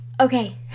Okay